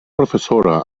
professora